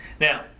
Now